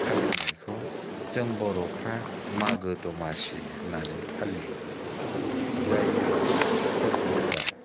फालिनायखौ जों बर'फ्रा मागो दमासि होन्नानै फालियो जाय फोरबोफ्राव